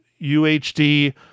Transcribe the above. UHD